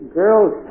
girl's